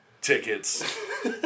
tickets